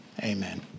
Amen